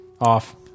off